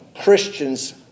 Christians